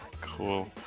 cool